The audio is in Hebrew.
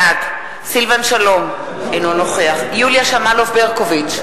בעד סילבן שלום, אינו נוכח יוליה שמאלוב-ברקוביץ,